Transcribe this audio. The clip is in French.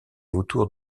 autour